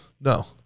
No